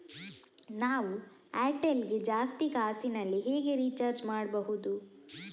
ನಾವು ಏರ್ಟೆಲ್ ಗೆ ಜಾಸ್ತಿ ಕಾಸಿನಲಿ ಹೇಗೆ ರಿಚಾರ್ಜ್ ಮಾಡ್ಬಾಹುದು?